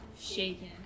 shaken